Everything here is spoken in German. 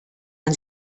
man